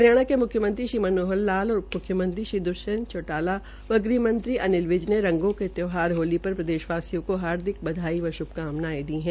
हरियाणा के मुख्मयंत्री श्री मनोहर लाल और उप मुख्यमंत्री द्ष्यंत चौटाला व गृहमंत्री अनिल विज रंगो के त्यौहार पर प्रदेश वासियों को हार्दिक बधाई व श्भकामनायें दी है